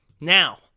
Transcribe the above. Now